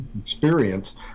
experience